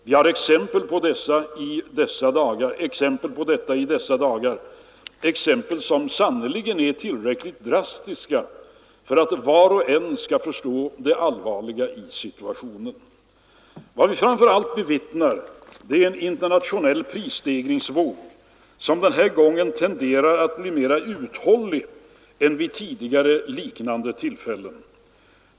Vi har sett exempel på det i dessa dagar, exempel som sannerligen är tillräckligt drastiska för att var och en skall förstå det allvarliga i situationen. Vad vi framför allt bevittnar är en internationell prisstegringsvåg som den här gången tenderar att bli mera uthållig än vid tidigare liknande tillfällen.